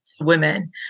Women